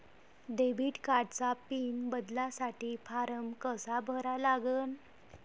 Debit कार्डचा pin बदलासाठी form कसा भरा लागन?